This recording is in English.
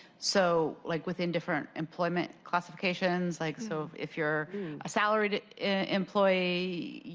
so, like within different employment classifications. like so if your salaried employee,